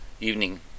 evening